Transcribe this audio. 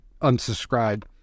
unsubscribed